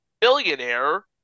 billionaire